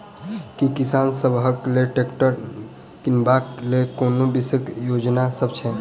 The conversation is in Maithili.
की किसान सबहक लेल ट्रैक्टर किनबाक लेल कोनो विशेष योजना सब छै?